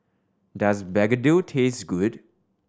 does begedil taste good